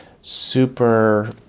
super